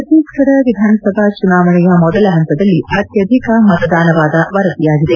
ಚತ್ತೀಸ್ಗಡ ವಿಧಾನಸಭಾ ಚುನಾವಣೆಯ ಮೊದಲ ಹಂತದಲ್ಲಿ ಅತ್ಯಧಿಕ ಮತದಾನವಾದ ವರದಿಯಾಗಿದೆ